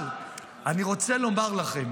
אבל אני רוצה לומר לכם: